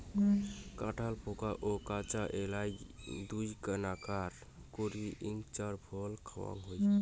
কাঠোল পাকা ও কাঁচা এ্যাই দুইনাকান করি ইঞার ফল খাওয়াং হই